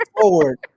forward